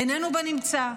איננו בנמצא.